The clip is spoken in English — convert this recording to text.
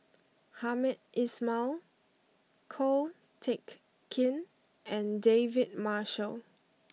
Hamed Ismail Ko Teck Kin and David Marshall